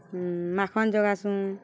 ମାଖନ୍ ଜଗାସୁଁ